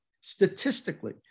statistically